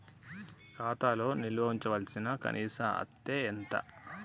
ఖాతా లో నిల్వుంచవలసిన కనీస అత్తే ఎంత?